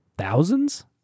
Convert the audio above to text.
thousands